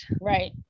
right